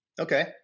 Okay